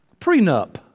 prenup